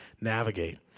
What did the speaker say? navigate